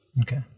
okay